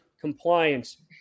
compliance